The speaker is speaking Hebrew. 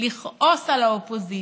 לכעוס על האופוזיציה?